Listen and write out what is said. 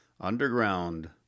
underground